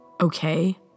okay